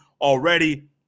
already